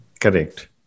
Correct